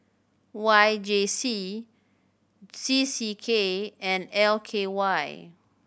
Y J C C C K and L K Y